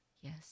Yes